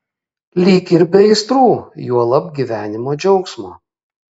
lyg ir be aistrų juolab gyvenimo džiaugsmo